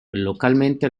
localmente